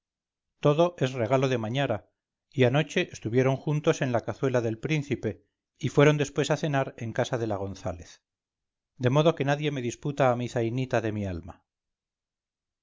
todo es regalo de mañara y anoche estuvieron juntos en la cazuela del príncipe y fueron después a cenar en casa de la gonzález de modo que nadie me disputa a mi zainita de mi alma